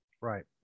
Right